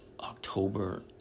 October